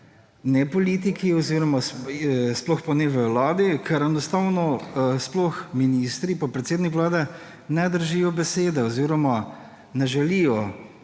ne politiki oziroma sploh ne vladi, ker enostavno sploh ministri in predsednik Vlade ne držijo besede oziroma ne želijo